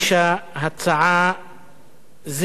נסע בכביש 6 ונתקע בכביש המהיר הזה,